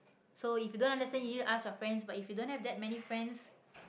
so if you don't understand you need to ask your friends but if you don't have that many friends